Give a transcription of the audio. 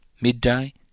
midday